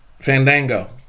Fandango